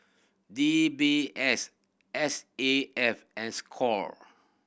D B S S A F and score